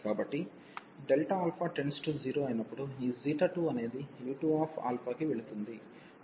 కాబట్టి α→0 అయినప్పుడు ఈ 2 అనేది u2αకి వెళుతుంది